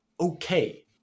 okay